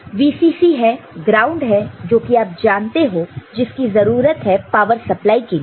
तो VCC है ground है जो कि आप जानते हो जिसकी जरूरत है पावर सप्लाई के लिए